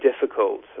difficult